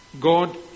God